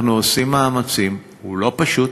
אנחנו עושים מאמצים, הוא לא פשוט,